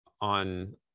on